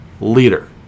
leader